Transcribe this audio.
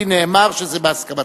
לי נאמר שזה בהסכמתך.